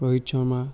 Rohit Sharma